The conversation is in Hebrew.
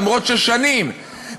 אף ששנים,